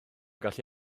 gallu